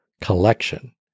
collection